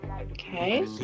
Okay